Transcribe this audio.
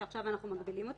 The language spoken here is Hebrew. שעכשיו אנחנו מגבילים אותה,